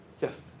Yes